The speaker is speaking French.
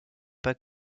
pas